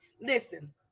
Listen